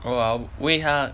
我为她